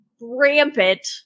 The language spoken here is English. rampant